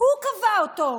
הוא קבע אותו.